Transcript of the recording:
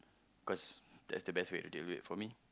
cause that's the best way to deal with it for me